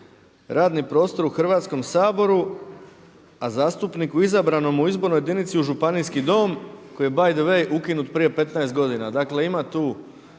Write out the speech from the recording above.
radni prostor u Hrvatskom saboru a zastupniku izabranom u izbornoj jedinici u županijski dom“ koji je bay the way ukinut prije 15 godina. Dakle ima tu